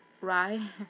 right